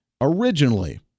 originally